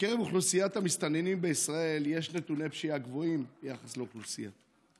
בקרב אוכלוסיית המסתננים בישראל יש נתוני פשיעה גבוהים ביחס לאוכלוסייה.